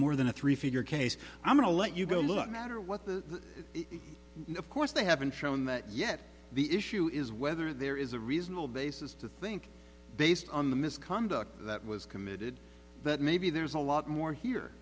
more than a three figure case i'm going to let you go look matter what the of course they haven't shown that yet the issue is whether there is a reasonable basis to think based on the misconduct that was committed that maybe there's a lot more here